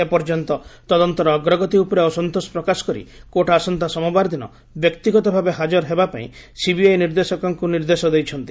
ଏପର୍ଯ୍ୟନ୍ତ ତଦନ୍ତର ଅଗ୍ରଗତି ଉପରେ ଅସନ୍ତୋଷ ପ୍ରକାଶ କରି କୋର୍ଟ ଆସନ୍ତା ସୋମବାର ଦିନ ବ୍ୟକ୍ତିଗତ ଭାବେ ହାଜର ହେବା ବାଇଁ ସିବିଆଇ ନିର୍ଦ୍ଦେଶକଙ୍କୁ ନିର୍ଦ୍ଦେଶ ଦେଇଛନ୍ତି